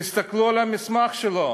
תסתכלו על המסמך שלו,